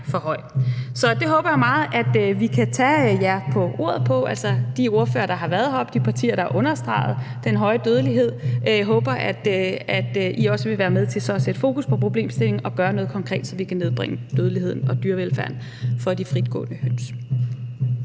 for høj. Så det håber jeg meget at vi kan tage jer på ordet på – altså de ordførere, der har været heroppe, de partier, der har understreget den høje dødelighed, og jeg håber, at I også vil være med til at sætte fokus på problemstillingen og gøre noget konkret, så vi kan nedbringe dødeligheden og øge dyrevelfærden for de fritgående høns.